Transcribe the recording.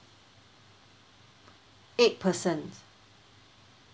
eight persons